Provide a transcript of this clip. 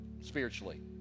spiritually